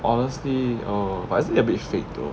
honestly oh but isn't it a bit fake though